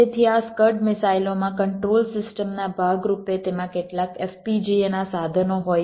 તેથી આ સ્કડ મિસાઇલોમાં કંટ્રોલ સિસ્ટમ ના ભાગ રૂપે તેમાં કેટલાક FPGA ના સાધનો હોય છે